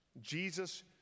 Jesus